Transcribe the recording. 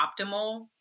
optimal